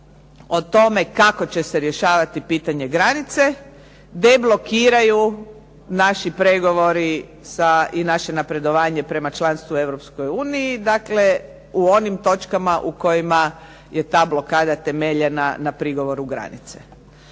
o tome kako će se rješavati pitanje granice deblokiraju naši pregovori i naše napredovanje prema članstvu u Europskoj uniji, dakle u onim točkama u kojima je ta blokada temeljena na prigovoru granice.